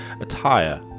attire